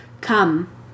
Come